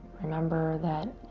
remember that